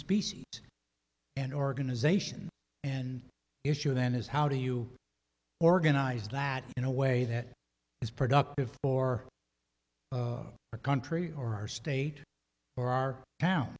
species and organization and issue then is how do you organize that in a way that is productive for a country or our state or our town